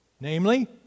Namely